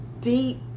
deep